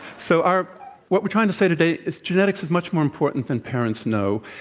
so, our what we're trying to say today is genetics is much more important than parents know.